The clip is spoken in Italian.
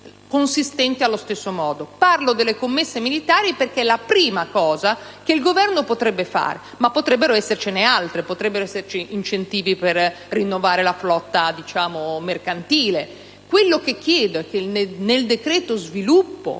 consistente. Parlo delle commesse militari perché è la prima cosa che il Governo potrebbe fare, ma potrebbero essercene altre. Ad esempio, si potrebbero prevedere incentivi per rinnovare la flotta mercantile. Ciò che chiedo è che nel «decreto sviluppo»